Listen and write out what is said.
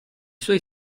suoi